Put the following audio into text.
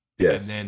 Yes